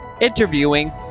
interviewing